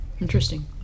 interesting